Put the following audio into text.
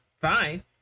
fine